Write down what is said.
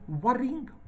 worrying